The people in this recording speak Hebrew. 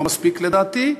לא מספיק לדעתי,